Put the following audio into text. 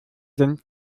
sind